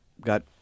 got